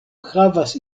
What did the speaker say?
havas